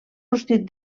rostit